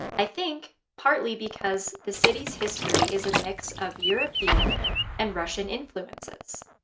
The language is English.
i think partly because the city's history is a mix of european and russian influences.